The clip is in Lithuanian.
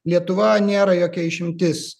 lietuva nėra jokia išimtis